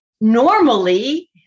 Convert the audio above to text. normally